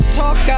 talk